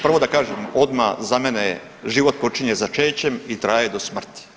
Prvo da kažem odmah za mene je, život počinje začećem i traje do smrti.